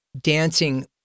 dancing